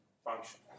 function